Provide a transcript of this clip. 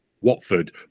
Watford